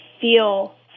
feel